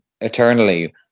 eternally